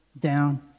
down